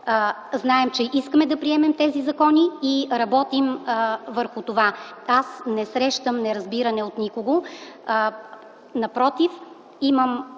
знаем, че искаме да приемем тези закони и работим върху тях. Не срещам неразбиране от никого. Напротив, имам